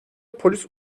polis